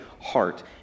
heart